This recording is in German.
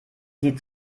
sieht